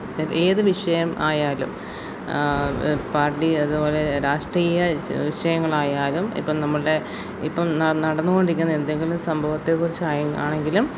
ഏത് വിഷയം ആയാലും പാർട്ടി അതുപോലെ രാഷ്ട്രീയ വിഷയങ്ങളായാലും ഇപ്പം നമ്മളുടെ ഇപ്പം നടന്നുകൊണ്ടിരിക്കുന്ന എന്തെങ്കിലും സംഭവത്തെക്കുറിച്ച് ആയ ആണെങ്കിലും